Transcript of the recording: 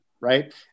right